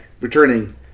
returning